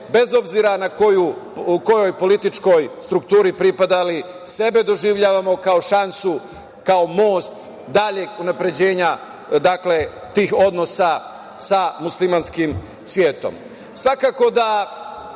bez obzira o kojoj političkoj strukturi pripadali sebe doživljavamo kao šansu, kao most daljeg unapređenja tih odnosa sa muslimanskim svetom. Svakako